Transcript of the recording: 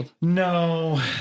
No